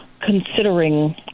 considering